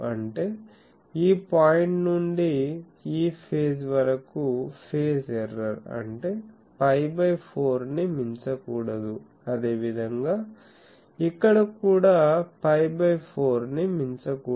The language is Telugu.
అంటే ఈ పాయింట్ నుండి ఈ ఫేజ్ వరకు ఫేజ్ ఎర్రర్ అంటే π బై 4 ని మించకూడదు అదేవిధంగా ఇక్కడ కూడా π బై 4 ని మించకూడదు